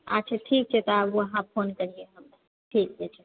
अच्छा ठीक छै तऽ वहाॅं फोन करिए हम ठीक छै ठीक